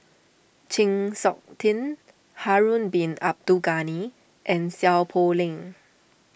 Chng Seok Tin Harun Bin Abdul Ghani and Seow Poh Leng